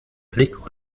blick